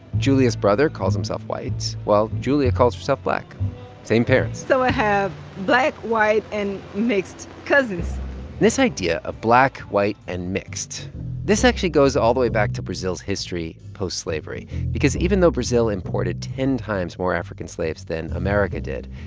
julia's brother calls himself white while julia calls herself black same parents so i have black, white and mixed cousins this idea of black, white and mixed this actually goes all the way back to brazil's history post-slavery because even though brazil imported ten times more african slaves than america did,